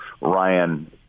Ryan –